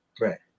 Right